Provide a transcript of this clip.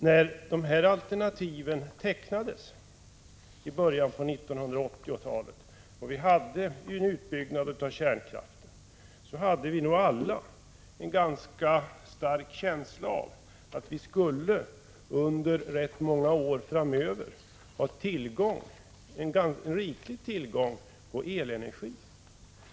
När dessa alternativ tecknades i början på 1980-talet och vi hade en utbyggnad av kärnkraften, hade vi nog alla en ganska stark känsla av att vi under rätt många år framöver skulle ha riklig tillgång på elenergi.